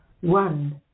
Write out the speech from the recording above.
one